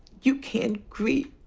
you can't grieve